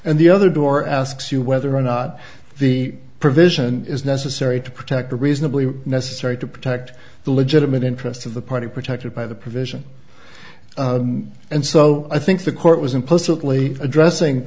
and the other door asks you whether or not the provision is necessary to protect the reasonably necessary to protect the legitimate interests of the party protected by the provision and so i think the court was implicitly addressing